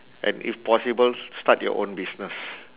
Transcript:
and if possible start your own business